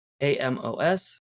A-M-O-S